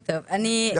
בבקשה.